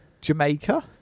jamaica